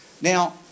now